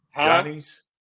Johnny's